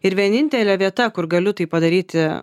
ir vienintelė vieta kur galiu tai padaryti